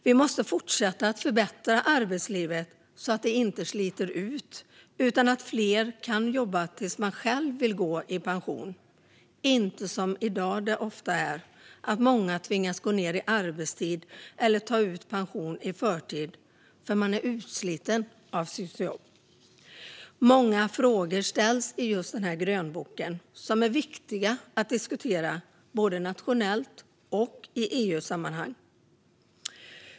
Vi måste fortsätta att förbättra arbetslivet så att det inte sliter ut, så att fler kan jobba tills de själva vill gå i pension och så att många inte, som det ofta är i dag, tvingas att gå ned i arbetstid eller ta ut pension i förtid för att de är utslitna av sitt jobb. Många frågor ställs i just grönboken som är viktiga att diskutera både nationellt och i EU-sammanhang.